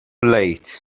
late